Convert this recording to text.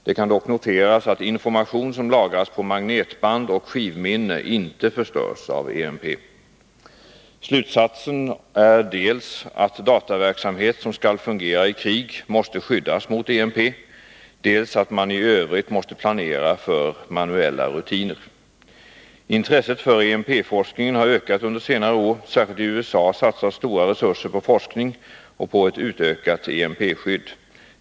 Det kan dock noteras att information som lagras på magnetband och skivminne inte förstörs av EMP. Slutsatsen är dels att dataverksamhet som skall fungera i krig måste skyddas mot EMP, dels att man i övrigt måste planera för manuella rutiner. Intresset för EMP-forskningen har ökat under senare år. Särskilt i USA satsas stora resurser på forskning och på ett utökat EMP-skydd.